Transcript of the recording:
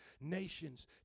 nations